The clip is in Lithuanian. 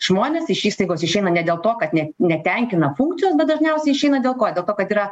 žmonės iš įstaigos išeina ne dėl to kad ne netenkina funkcijos bet dažniausiai išeina dėl ko dėl to kad yra